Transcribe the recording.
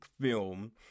film